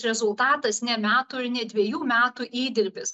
rezultatas ne metų ir ne dvejų metų įdirbis